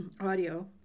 audio